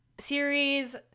series